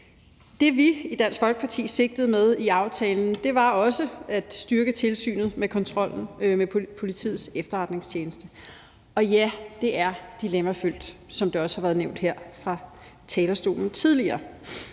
Det, vi i Dansk Folkeparti sigtede efter i aftalen, var også at styrke tilsynet med kontrollen med Politiets Efterretningstjeneste. Og ja, det er dilemmafyldt, som det også har været nævnt her fra talerstolen tidligere.